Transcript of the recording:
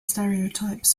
stereotypes